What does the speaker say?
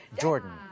jordan